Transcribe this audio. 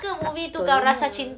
tak pernah